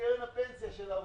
לקרן הפנסיה של העובדים.